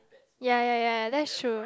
ya ya ya that sure